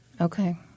Okay